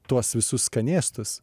tuos visus skanėstus